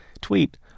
tweet